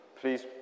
please